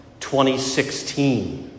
2016